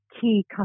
key